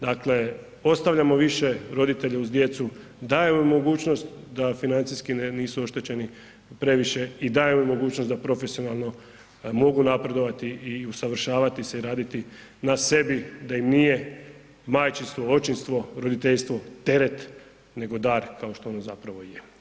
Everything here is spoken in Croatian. Dakle, ostavljamo više roditelja uz djecu, dajemo im mogućnost da financijski nisu oštećeni previše i dajemo im mogućnost da profesionalno mogu napredovati i usavršavati se i raditi na sebi da im nije majčinstvo, očinstvo, roditeljstvo teret nego dar kao što on zapravo i je.